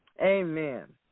Amen